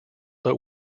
but